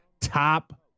top